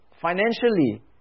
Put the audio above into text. financially